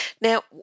Now